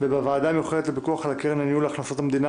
בוועדה המיוחדת לפיקוח על הקרן לניהול הכנסות המדינה